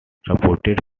supported